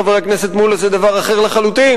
חבר הכנסת מולה, ביטחון חברתי זה דבר אחר לחלוטין.